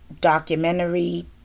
documentary